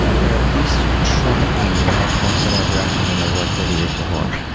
they're at least tracking in a much more similar direction than they were thirty years before,